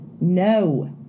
No